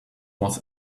was